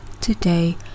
today